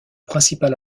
principal